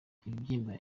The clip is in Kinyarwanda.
ikibyimba